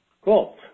Cool